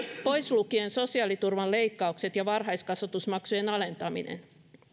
pois lukien sosiaaliturvan leikkaukset ja varhaiskasvatusmaksujen alentaminen